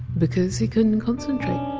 because he couldn't concentrate,